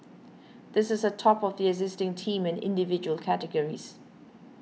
this is on top of the existing Team and Individual categories